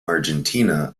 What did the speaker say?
argentina